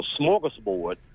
smorgasbord